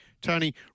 Tony